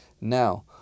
Now